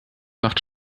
macht